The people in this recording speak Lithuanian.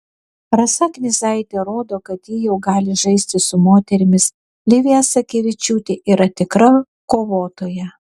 rasa knyzaitė rodo kad ji jau gali žaisti su moterimis livija sakevičiūtė yra tikra kovotoja